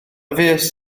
fuest